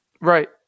Right